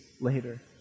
later